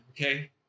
okay